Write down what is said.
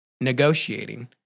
negotiating